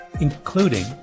including